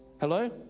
hello